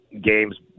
games